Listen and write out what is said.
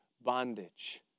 bondage